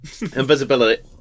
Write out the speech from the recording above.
Invisibility